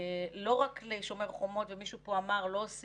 והתוצאה היא עגומה במובן של מימוש הפוטנציאל ההסברתי או